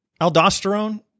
aldosterone